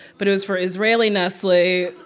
but it was for israeli nestle.